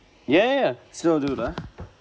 ya ya ya still do lah